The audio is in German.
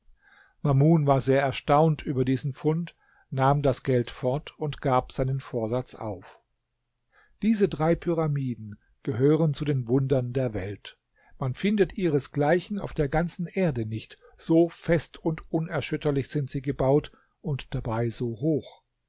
mamun war sehr erstaunt über diesen fund nahm das geld fort und gab seinen vorsatz auf diese drei pyramiden gehören zu den wundern der welt man findet ihresgleichen auf der ganzen erde nicht so fest und unerschütterlich sind sie gebaut und dabei so hoch